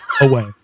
away